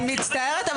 אני מצטערת,